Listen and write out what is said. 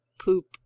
poop